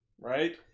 right